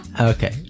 Okay